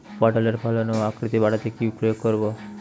পটলের ফলন ও আকৃতি বাড়াতে কি প্রয়োগ করব?